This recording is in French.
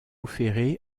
ferré